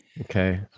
Okay